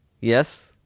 Yes